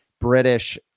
British